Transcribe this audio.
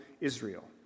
Israel